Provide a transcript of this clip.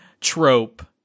trope